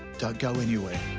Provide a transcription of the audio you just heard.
don't go anywhere.